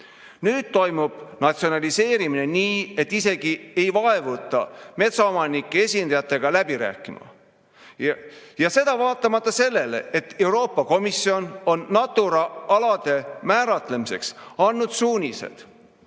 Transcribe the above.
Nüüd toimub natsionaliseerimine nii, et isegi ei vaevuta metsaomanike esindajatega läbi rääkima. Ja seda vaatamata sellele, et Euroopa Komisjon on Natura alade määratlemiseks andnud suunised,